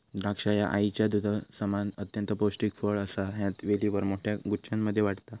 द्राक्षा ह्या आईच्या दुधासमान अत्यंत पौष्टिक फळ असा ह्या वेलीवर मोठ्या गुच्छांमध्ये वाढता